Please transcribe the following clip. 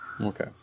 Okay